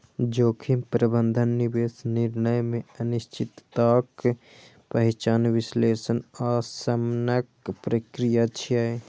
जोखिम प्रबंधन निवेश निर्णय मे अनिश्चितताक पहिचान, विश्लेषण आ शमनक प्रक्रिया छियै